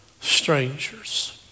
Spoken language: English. Strangers